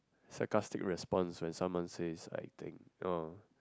sarcastic response when someone says I think oh